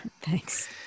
thanks